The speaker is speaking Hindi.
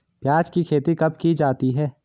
प्याज़ की खेती कब की जाती है?